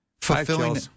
Fulfilling